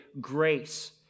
grace